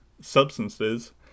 substances